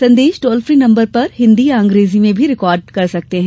संदेश toll free number Hindi या अंग्रेजी में रिकॉर्ड कर सकते हैं